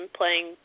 playing